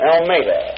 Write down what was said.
Almeida